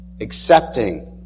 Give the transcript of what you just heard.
accepting